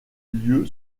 lieu